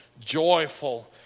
joyful